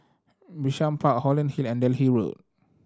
Bishan Park Holland Hill and Delhi Road